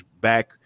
back